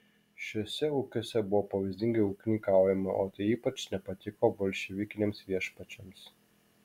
šiuose ūkiuose buvo pavyzdingai ūkininkaujama o tai ypač nepatiko bolševikiniams viešpačiams